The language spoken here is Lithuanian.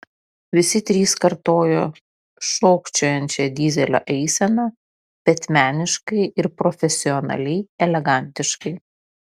visi trys kartojo šokčiojančią dyzelio eiseną bet meniškai ir profesionaliai elegantiškai